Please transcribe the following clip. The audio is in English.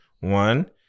One